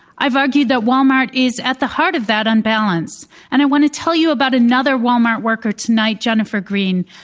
i've argued that walmart is at the heart of that unbalance. and i want to tell you about another walmart worker tonight, jennifer green.